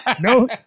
no